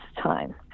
time